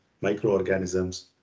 microorganisms